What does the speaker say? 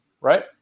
right